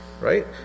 Right